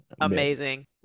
Amazing